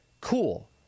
Cool